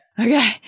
Okay